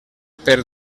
per